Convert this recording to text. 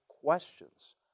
questions